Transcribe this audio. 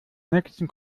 nächsten